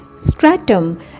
stratum